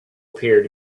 appeared